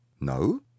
no